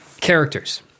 Characters